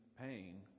pain